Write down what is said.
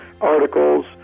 articles